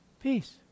Peace